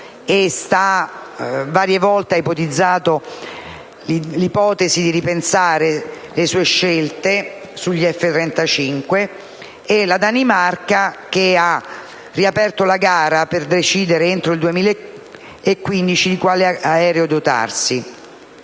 acceso, varie volte ha ventilato l'ipotesi di ripensare le sue scelte sugli F-35. La Danimarca ha riaperto la gara, per decidere entro il 2015 di quale aereo dotarsi.